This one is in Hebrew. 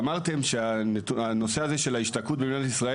אמרתם שהנושא הזה של ההשתקעות במדינת ישראל,